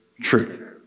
true